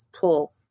pull